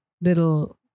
little